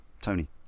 Tony